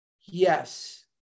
Yes